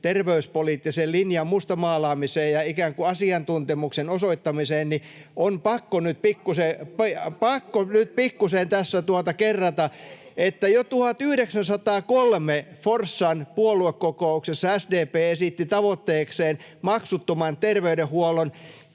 terveyspoliittisen linjan mustamaalaamiseen ja ikään kuin asiantuntemuksen osoittamiseen, niin on pakko [Ben Zyskowiczin välihuuto] nyt pikkuisen tässä tuota kerrata. Jo 1903 Forssan puoluekokouksessa SDP esitti tavoitteekseen maksuttoman terveydenhuollon.